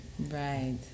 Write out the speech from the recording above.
Right